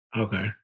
Okay